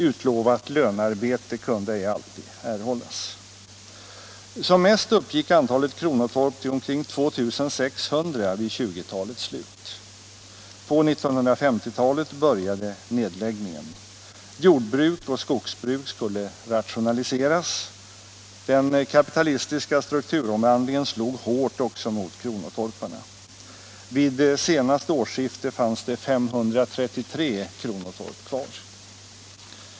Utlovat lönearbete kunde ej alltid erhållas. rationaliseras. Den kapitalistiska strukturomvandlingen slog hårt också mot kronotorparna. Vid senaste årsskifte fanns det 533 kronotorp kvar.